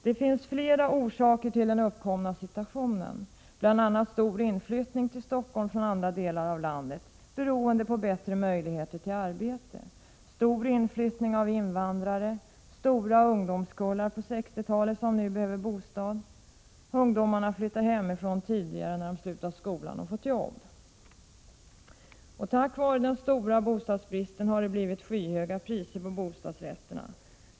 Det finns flera orsaker till den uppkomna situationen, bl.a. stor inflyttning till Stockholm från andra delar av landet, beroende på bättre möjligheter till arbete, stor inflyttning av invandrare samt stora ungdomskullar födda på 1960-talet som nu behöver bostad. Dessutom flyttar ungdomar hemifrån tidigare när de slutat skolan och fått jobb. Till följd av den stora bostadsbristen har det blivit skyhöga priser på bostadsrätterna.